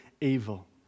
evil